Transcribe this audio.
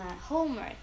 Homework